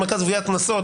במרכז לגביית קנסות,